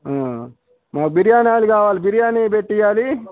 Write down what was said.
మాకు బిర్యానీ వాళ్ళు కావాలి బిర్యానీ పెట్టి ఇవ్వాలి